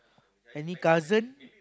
any cousin